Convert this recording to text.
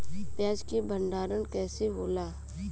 प्याज के भंडारन कइसे होला?